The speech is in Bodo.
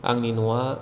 आंनि न'आ